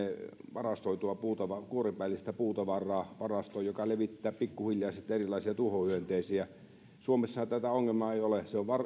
varastoon kuorellista puutavaraa joka levittää pikkuhiljaa sitten erilaisia tuhohyönteisiä suomessahan tätä ongelmaa ei ole se on